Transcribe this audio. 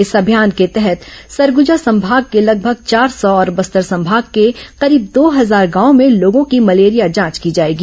इस अभियान के तहत सरगुजा संमाग के लगभग चार सौ और बस्तर संमाग के करीब दो हजार गांवों में लोगों की मलेरिया जांच की जाएगी